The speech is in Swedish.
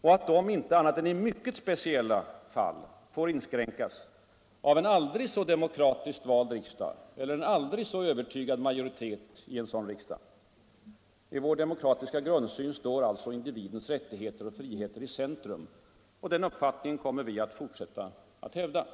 och att dessa inte annat än i mycket speciella fall får inskränkas av en aldrig så demokratiskt vald riksdag eller en aldrig så övertygad majoritet i en sådan riksdag. I vår demokratiska grundsyn står individens rättigheter och friheter i centrum. Den uppfattningen kommer vi att fortsätta att hävda.